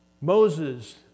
Moses